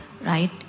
right